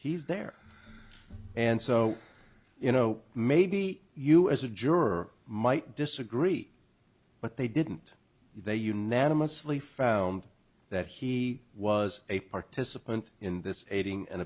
he's there and so you know maybe you as a juror might disagree but they didn't they unanimously found that he was a participant in this aiding and